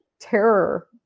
terror